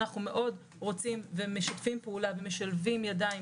אנחנו מאוד רוצים ומשתפים פעולה ומשלבים ידיים